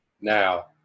Now